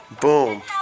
Boom